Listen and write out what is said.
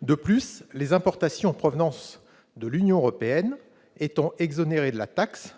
De plus, les importations en provenance de l'Union européenne étant exonérées de la taxe,